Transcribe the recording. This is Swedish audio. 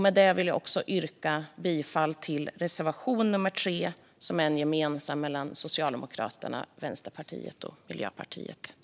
Med det vill jag yrka bifall till reservation nummer 3, som är gemensam mellan Socialdemokraterna, Vänsterpartiet och Miljöpartiet.